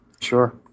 sure